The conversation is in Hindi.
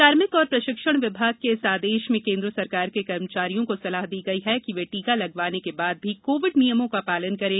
कार्मिक और प्रशिक्षण विभाग के इस आदेश में केन्द्र सरकार के कमर्चारियों को सलाह दी गई है कि वे टीका लगवाने के बाद भी कोविड नियमों का पालन करें